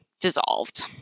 dissolved